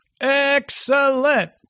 Excellent